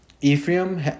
Ephraim